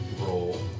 roll